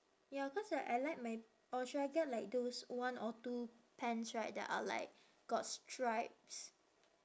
ya cause like I like my or should I get like those one or two pants right that are like got stripes